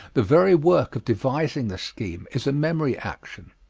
the very work of devising the scheme is a memory action.